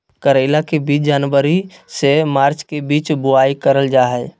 करेला के बीज जनवरी से मार्च के बीच बुआई करल जा हय